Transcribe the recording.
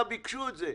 לא אנחנו מקבלים את זה,